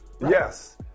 Yes